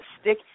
stick